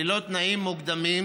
ללא תנאים מוקדמים,